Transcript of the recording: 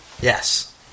Yes